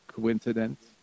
coincidence